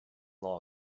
law